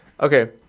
Okay